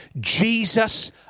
Jesus